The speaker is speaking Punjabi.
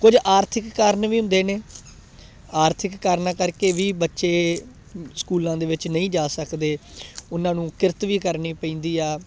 ਕੁਝ ਆਰਥਿਕ ਕਾਰਨ ਵੀ ਹੁੰਦੇ ਨੇ ਆਰਥਿਕ ਕਾਰਨਾਂ ਕਰਕੇ ਵੀ ਬੱਚੇ ਸਕੂਲਾਂ ਦੇ ਵਿੱਚ ਨਹੀਂ ਜਾ ਸਕਦੇ ਉਹਨਾਂ ਨੂੰ ਕਿਰਤ ਵੀ ਕਰਨੀ ਪੈਂਦੀ ਆ